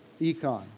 econ